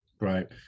Right